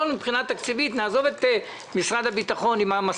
מאז ומעולם,